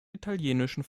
italienischen